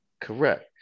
Correct